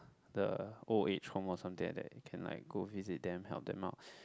the old age home or something like that can like go visit them help them out